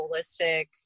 holistic